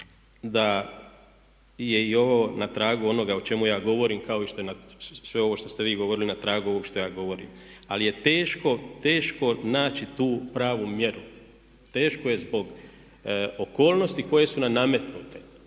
da je i ovo na tragu onoga o čemu ja govorim kao i što je sve ovo što ste vi govorili na tragu ovog što ja govorim. Ali je teško, teško naći tu pravu mjeru. Teško je zbog okolnosti koje su nam nametnute.